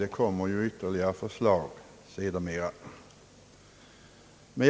Det kommer ju sedermera ytterligare förslag.